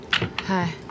Hi